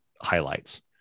highlights